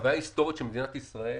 החוויה ההיסטורית של מדינת ישראל